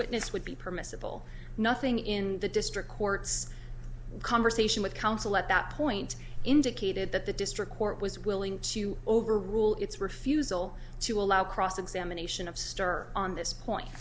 witness would be permissible nothing in the district court's conversation with counsel at that point indicated that the district court was willing to overrule its refusal to allow cross examination of stir on this point